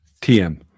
TM